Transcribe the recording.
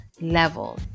level